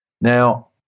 Now